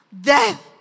Death